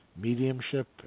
mediumship